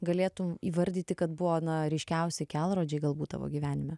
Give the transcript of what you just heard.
galėtum įvardyti kad buvo na ryškiausi kelrodžiai galbūt tavo gyvenime